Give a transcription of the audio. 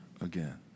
again